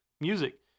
music